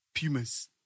pumas